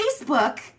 Facebook